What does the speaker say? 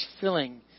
filling